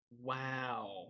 wow